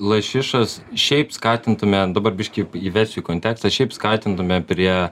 lašišas šiaip skatintume dabar biškį įvesiu į kontekstą šiaip skatintume prie